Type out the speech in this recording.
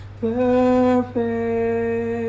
Perfect